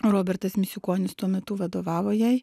robertas misiukonis tuo metu vadovavo jai